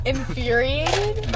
Infuriated